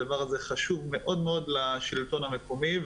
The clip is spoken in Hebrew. הדבר הזה חשוב מאוד מאוד לשלטון המקומי,